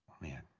man